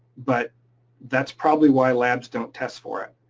but that's probably why labs don't test for it,